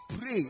pray